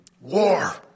war